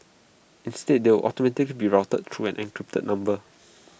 instead they will automatically be routed through an encrypted number